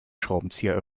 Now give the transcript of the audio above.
schraubenzieher